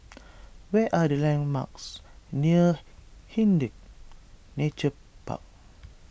what are the landmarks near Hindhede Nature Park